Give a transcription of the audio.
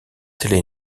télé